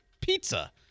pizza